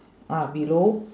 ah below